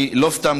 אני לא סתם,